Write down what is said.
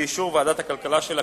באישור ועדת הכלכלה של הכנסת,